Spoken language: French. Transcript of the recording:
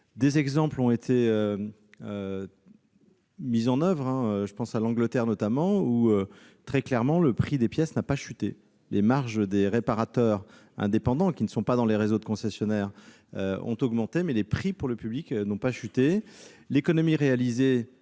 telle mesure. Je pense notamment à l'Angleterre, où très clairement le prix des pièces n'a pas chuté. Les marges des réparateurs indépendants qui ne sont pas dans les réseaux de concessionnaires ont augmenté, mais les prix pour le public n'ont pas baissé. L'économie réalisée